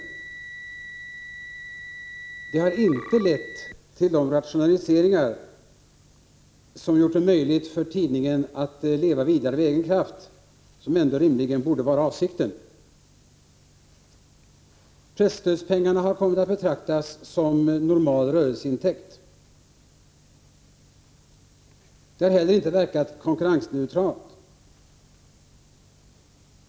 Stödet har inte lett till rationaliseringar som gjort det möjligt för en tidning att leva vidare av egen kraft, vilket rimligen borde vara avsikten. Det har kommit att betraktas som normal rörelseintäkt. Det har heller inte verkat konkurrensneutralt.